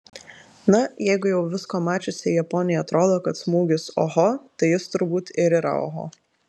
na jeigu jau visko mačiusiai japonei atrodo kad smūgis oho tai jis turbūt ir yra oho